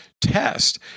test